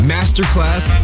Masterclass